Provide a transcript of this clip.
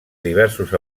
diversos